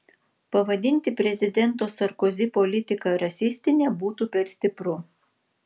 pavadinti prezidento sarkozi politiką rasistine būtų per stipru